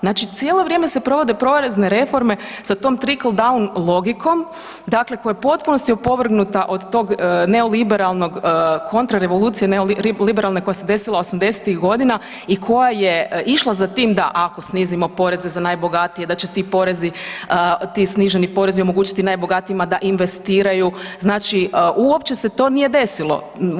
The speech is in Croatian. Znači cijelo vrijeme se provode porezne reforme sa tom trickle down logikom dakle koja je u potpunosti opovrgnuta od tog neoliberalnog, kontrarevolucije neoliberalne koja se desila '80. godina i koja je išla za tim da ako snizimo poreze za najbogatije da će ti porezi, ti sniženi porezi omogućiti najbogatijima da investiraju, znači uopće se to nije desilo.